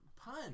pun